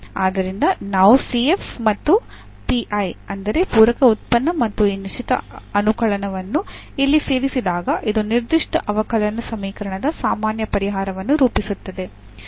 ಆದ್ದರಿಂದ ನಾವು ಮತ್ತು ಅಂದರೆ ಪೂರಕ ಉತ್ಪನ್ನ ಮತ್ತು ಈ ನಿಶ್ಚಿತ ಅನುಕಲನವನ್ನು ಇಲ್ಲಿ ಸೇರಿಸಿದಾಗ ಇದು ನಿರ್ದಿಷ್ಟ ಅವಕಲನ ಸಮೀಕರಣದ ಸಾಮಾನ್ಯ ಪರಿಹಾರವನ್ನು ರೂಪಿಸುತ್ತದೆ